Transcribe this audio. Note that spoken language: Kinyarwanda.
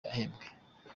yahembwe